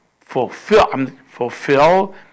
fulfill